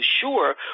sure